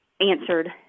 answered